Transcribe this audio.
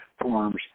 forms